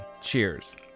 Cheers